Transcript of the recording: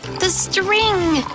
the string!